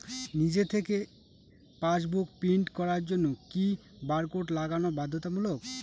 নিজে থেকে passbook print করার জন্য কি বারকোড লাগানো বাধ্যতামূলক?